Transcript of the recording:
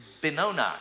Benoni